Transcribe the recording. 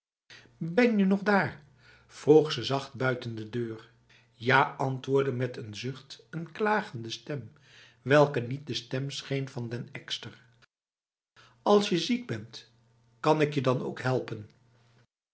ben je nog daar vroeg ze zacht buiten de deur ja antwoordde met een zucht n klagende stem welke niet de stem scheen van den ekster als je ziek bent kan ik je dan ook helpen